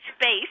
space